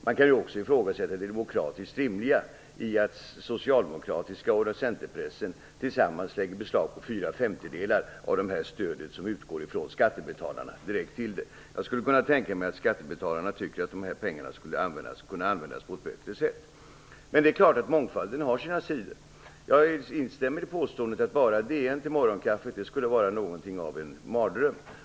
Man kan också ifrågasätta det demokratiskt rimliga i att den socialdemokratiska pressen och Centerpressen tillsammans lägger beslag på fyra femtedelar av det stöd som utgår direkt från skattebetalarna. Jag skulle kunna tänka mig att skattebetalarna tycker att dessa pengar skulle kunna användas på ett bättre sätt. Det är klart att mångfalden har sina sidor. Jag instämmer i påståendet att bara DN till morgonkaffet skulle vara någonting av en mardröm.